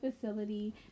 facility